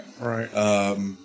Right